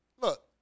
look